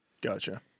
Gotcha